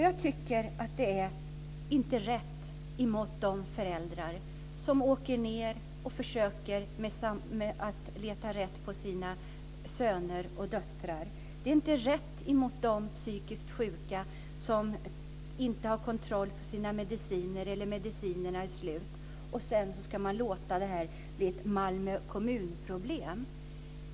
Jag tycker inte att detta är rätt vare sig gentemot de föräldrar som åker ned och försöker leta rätt på sina söner och döttrar eller gentemot de psykiskt sjuka som inte har kontroll på sina mediciner eller vars mediciner är slut. Och sedan ska man låta det här bli ett Malmö kommun-problem!